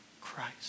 Christ